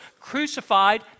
crucified